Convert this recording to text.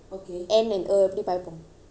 A E I O U an பயன்படுத்துனும்:payanpadathunum